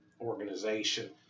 organization